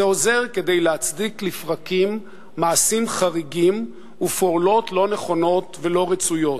זה עוזר כדי להצדיק לפרקים מעשים חריגים ופעולות לא נכונות ולא רצויות,